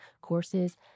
courses